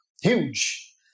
huge